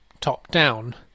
top-down